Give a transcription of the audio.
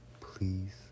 please